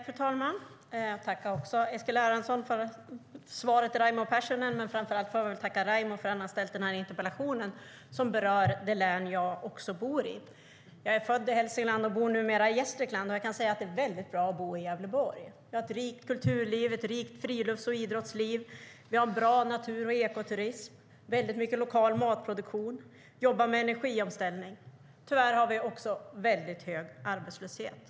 Fru talman! Jag tackar Eskil Erlandsson för svaret till Raimo Pärssinen, men framför allt vill jag tacka Raimo för att han har ställt interpellationen som också berör det län jag bor i. Jag är född i Hälsingland och bor numera i Gästrikland. Det är väldigt bra att bo i Gävleborg. Vi har ett rikt kulturliv, frilufts och idrottsliv. Vi har en bra natur och ekoturism, väldigt mycket lokal matproduktion, och vi jobbar med energiomställning. Tyvärr har vi också väldigt hög arbetslöshet.